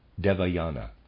Devayana